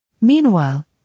Meanwhile